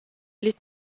les